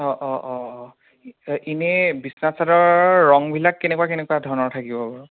অ' অ' অ' অ' এনে বিচনা চাদৰ ৰংবিলাক কেনেকুৱা কেনেকুৱা ধৰণৰ থাকিব বাৰু